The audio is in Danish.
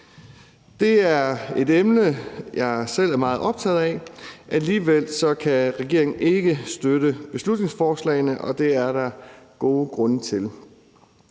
Det er et emne, jeg selv er meget optaget af. Alligevel kan regeringen ikke støtte beslutningsforslagene, og det er der gode grunde til.